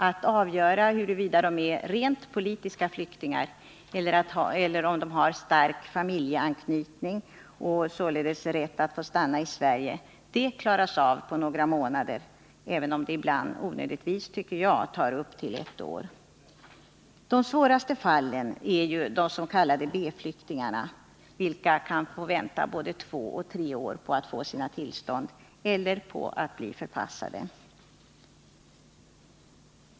Att avgöra huruvida de är rent politiska flyktningar eller om de har stark familjeanknytning och således äger rätt att stanna i Sverige klaras av på några månader, även om det ibland — onödigtvis, tycker jag — tar upp till ett år. De svåraste fallen är de s.k. B-flyktingarna, vilka kan få vänta både två och tre år på att få sina tillstånd eller på att bli förpassade.